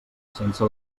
sense